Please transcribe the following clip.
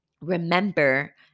remember